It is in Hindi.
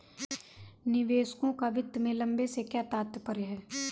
निवेशकों का वित्त में लंबे से क्या तात्पर्य है?